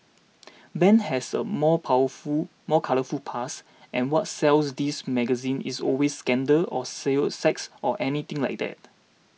Ben has a more powerful more colourful past and what sells these magazines is always scandal or sell sex or anything like that